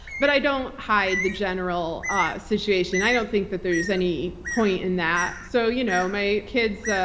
but i don't hide the general ah situation. i don't think that there's any point in that. so you know my kids,